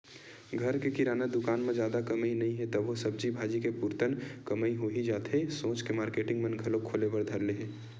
घर के किराना दुकान म जादा कमई नइ हे तभो सब्जी भाजी के पुरतन कमई होही जाथे सोच के मारकेटिंग मन घलोक खोले बर धर ले हे